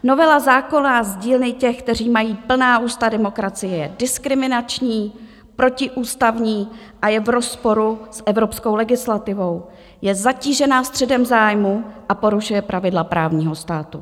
Novela zákona z dílny těch, kteří mají plná ústa demokracie, je diskriminační, protiústavní a je v rozporu s evropskou legislativou, je zatížena střetem zájmů a porušuje pravidla právního státu.